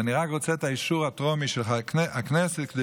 אני רק רוצה את האישור הטרומי של הכנסת כדי